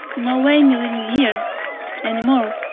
no way me living here anymore.